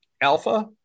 alpha